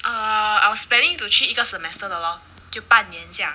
err I was planning to 去一个 semester 的 lor 就半年这样